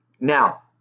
Now